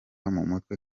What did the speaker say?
umutwe